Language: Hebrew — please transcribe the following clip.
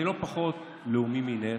אני לא פחות לאומי ממך,